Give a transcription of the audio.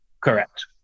Correct